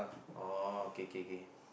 oh kay kay kay